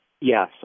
yes